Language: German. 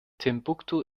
timbuktu